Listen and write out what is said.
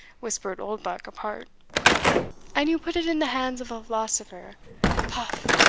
whispered oldbuck apart and you put it in the hands of a philosopher paf!